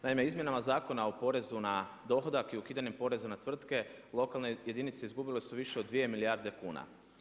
Naime, izmjenama Zakona o porezu na dohodak i ukidanjem poreza na tvrtke, lokalne jedinice izgubile su više od dvije milijarde kuna.